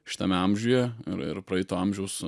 šitame amžiuje ir ir praeito amžiaus